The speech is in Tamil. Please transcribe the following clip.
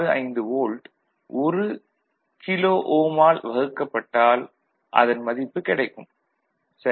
65 வோல்ட் 1 கிலோ ஓம் ஆல் வகுக்கப்பட்டால் அதன் மதிப்பு கிடைக்கும் சரி